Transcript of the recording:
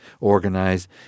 organized